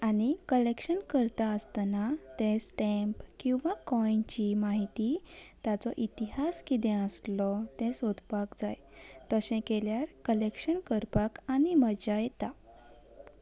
आनी कलेक्शन करता आसतना तें स्टेंम्प किंवां कॉयनची म्हायती ताचो इतिहास किदं आसलो तें सोदपाक जाय तशें केल्यार कलेक्शन करपाक आनी मजा येता